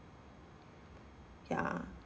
ya